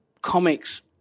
comics